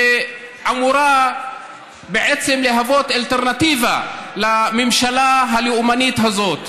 שאמורה בעצם להיות אלטרנטיבה לממשלה הלאומנית הזאת.